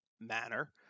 manner